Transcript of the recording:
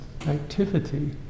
activity